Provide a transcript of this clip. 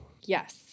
Yes